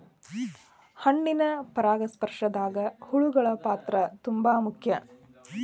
ಹಣ್ಣಿನ ಪರಾಗಸ್ಪರ್ಶದಾಗ ಹುಳಗಳ ಪಾತ್ರ ತುಂಬಾ ಮುಖ್ಯ